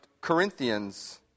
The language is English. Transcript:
Corinthians